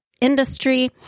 industry